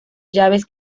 llaves